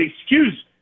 excuse